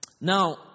Now